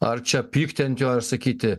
ar čia pykti ant jo ir sakyti